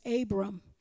Abram